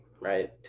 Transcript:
right